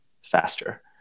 faster